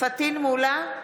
פטין מולא,